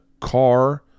car